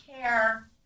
care